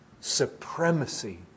supremacy